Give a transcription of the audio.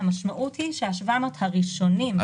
המשמעות היא שה-700 מיליון שקל הראשונים הם פה.